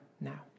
now